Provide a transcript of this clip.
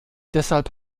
deshalb